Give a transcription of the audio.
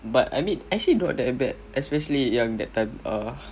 but I mean actually not that bad especially yang that time ah